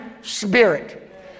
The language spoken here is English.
spirit